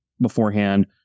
beforehand